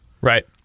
Right